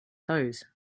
toes